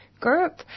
Group